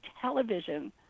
television